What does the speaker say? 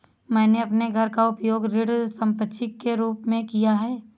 मैंने अपने घर का उपयोग ऋण संपार्श्विक के रूप में किया है